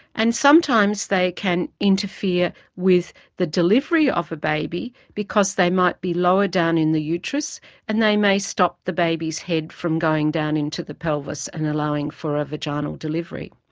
and sometimes they can interfere with the delivery of a baby because they might be lower down in the uterus and they may stop the baby's head from going down into the pelvis and allowing for a vaginal delivery.